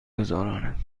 گذراند